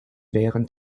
während